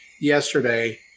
yesterday